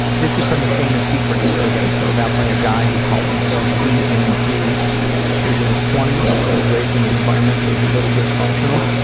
this is from the shame and secrets survey filled out by a guy who calls himself dnt. he's in his twenty s, was raised in an environment that was a little dysfunctional.